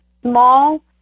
small